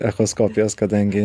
echoskopijos kadangi